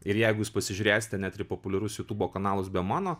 ir jeigu jūs pasižiūrėsite net ir populiarus jutubo kanalus be mano